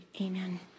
Amen